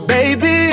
Baby